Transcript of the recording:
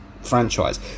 franchise